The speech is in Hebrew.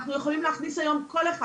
אנחנו יכולים להכניס היום כל אחד.